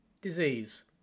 Disease